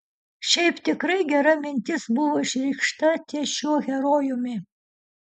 šiaip tikrai gera mintis buvo išreikšta ties šiuo herojumi